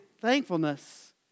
thankfulness